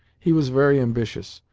he was very ambitious,